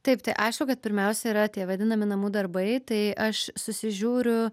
taip tai aišku kad pirmiausia yra tie vadinami namų darbai tai aš susižiūriu